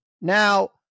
now